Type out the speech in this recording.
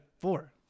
four